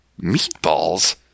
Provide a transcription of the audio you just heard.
Meatballs